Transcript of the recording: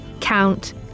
count